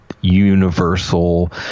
universal